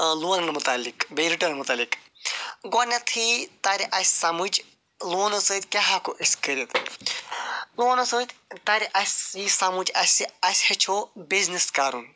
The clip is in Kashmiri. لونَن مُتعلِق بیٚیہِ رِٹرن مُتعلِق گۄڈنٮ۪تھٕے تَرِ اَسہِ سمجھ لونہٕ سۭتۍ کیٛاہ ہٮ۪کو أسۍ کٔرِتھ لونہٕ سۭتۍ تَرِ اَسہِ یہِ سمجھ اَسہِ اَسہِ ہیٚچھو بِزنِس کَرُن